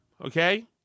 okay